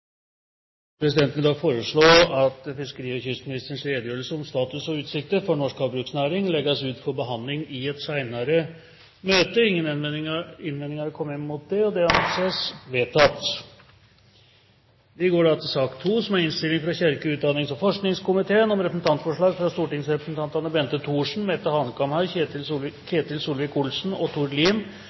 Presidenten vil foreslå at fiskeri- og kystministerens redegjørelse om status og utsikter for norsk havbruksnæring legges ut for behandling i et senere møte. – Ingen innvendinger er kommet mot det, og det anses vedtatt. Etter ønske fra kirke-, utdannings- og forskningskomiteen vil presidenten foreslå at taletiden begrenses til 55 minutter, og